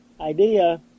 idea